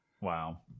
wow